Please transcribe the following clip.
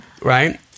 right